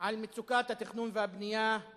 על מצוקת התכנון והבנייה,